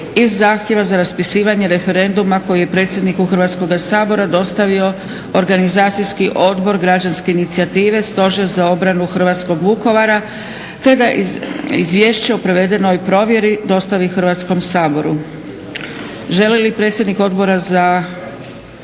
iz zahtjeva za raspisivanje referenduma koji je predsjedniku Hrvatskoga sabora dostavio Organizacijski odbor građanske inicijative, Stožer za obranu hrvatskog Vukovara te da izvješće o provedenoj provjeri dostavi Hrvatskom saboru. Želi li predsjednik Odbora za